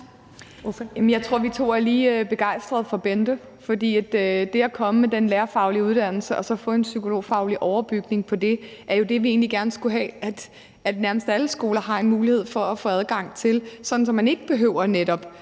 Jeg tror, vi to er lige begejstrede for Bente, for det at komme med den lærerfaglige uddannelse og så få en psykologfaglig overbygning på det er jo egentlig det, nærmest alle skoler har en mulighed for at få adgang til, sådan at man netop ikke behøver at